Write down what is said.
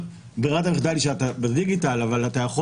ברירת המחדל היא שאתה בדיגיטל אבל אתה יכול